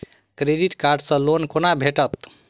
Credit card सँ loan कोना भेटत?